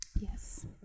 yes